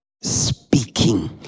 speaking